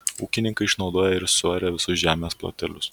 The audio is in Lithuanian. ūkininkai išnaudoja ir suaria visus žemės plotelius